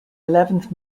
eleventh